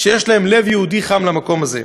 שיש להם לב יהודי חם למקום הזה.